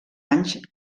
anys